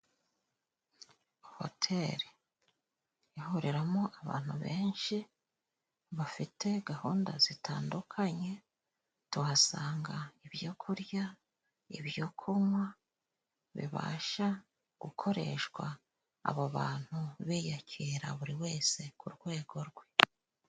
Hoteli ihuriramo abantu benshi bafite gahunda zitandukanye, tuhasanga ibyo kurya ibyo kunywa bibasha gukoreshwa abo bantu biyakira, buri wese ku rwego rwe.